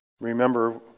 remember